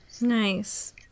Nice